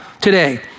today